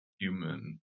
human